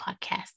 podcast